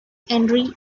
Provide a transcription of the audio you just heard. henri